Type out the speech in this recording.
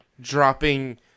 dropping